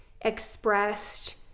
expressed